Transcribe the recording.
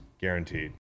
guaranteed